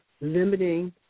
limiting